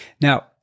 Now